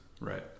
Right